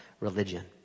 religion